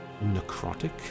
necrotic